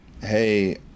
hey